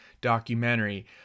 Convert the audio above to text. documentary